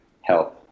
health